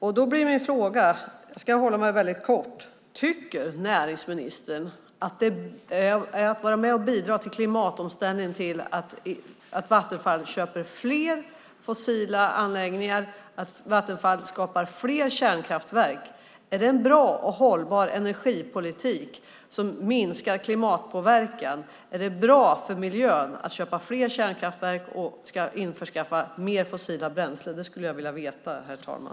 Då blir min fråga, jag ska hålla mig väldigt kort: Tycker näringsministern att det är att vara med och bidra till klimatomställningen att Vattenfall köper fler fossila anläggningar, att Vattenfall skapar fler kärnkraftverk? Är det en bra och hållbar energipolitik som minskar klimatpåverkan? Är det bra för miljön att köpa fler kärnkraftverk och införskaffa mer fossila bränslen? Det skulle jag vilja veta, herr talman.